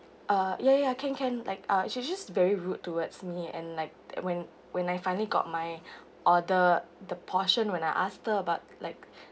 uh ya ya can can like uh she was just very rude towards me and like when when I finally got my order the portion when I asked her about like